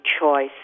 choice